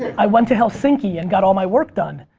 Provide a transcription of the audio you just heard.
i went to helsinki and got all my work done.